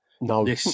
No